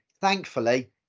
thankfully